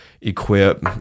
equip